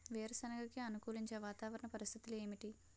వేరుసెనగ కి అనుకూలించే వాతావరణ పరిస్థితులు ఏమిటి?